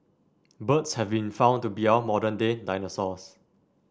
birds have been found to be our modern day dinosaurs